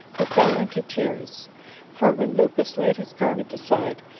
who fell into tears for when lupus laid his garment aside,